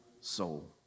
soul